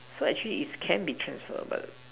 so actually it can be transferred but